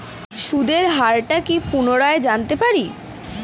সুদের হার টা কি পুনরায় জানতে পারি?